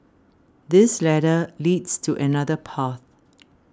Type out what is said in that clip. this ladder leads to another path